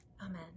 Amen